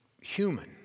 human